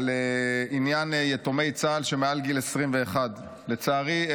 על עניין יתומי צה"ל שמעל גיל 21. לצערי,